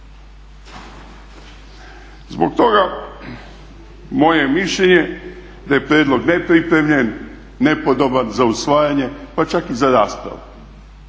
Zbog toga moje je mišljenje da je prijedlog ne pripremljen, nepodoban za usvajanje pa čak i za raspravu.